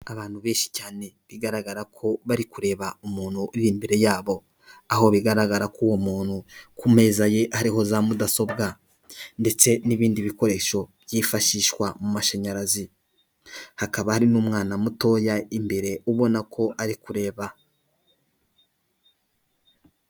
Abantu benshi cyane bigaragara ko bari kureba umuntu uri imbere yabo, aho bigaragara ko uwo muntu ku meza ye hariho za mudasobwa ndetse n'ibindi bikoresho byifashishwa mu mashanyarazi, hakaba hari n'umwana mutoya imbere ubona ko ari kureba.